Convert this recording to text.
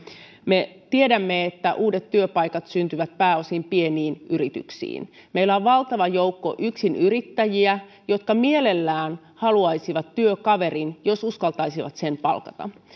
me tiedämme että uudet työpaikat syntyvät pääosin pieniin yrityksiin meillä on valtava joukko yksinyrittäjiä jotka mielellään haluaisivat työkaverin jos uskaltaisivat sen palkata